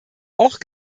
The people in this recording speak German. auch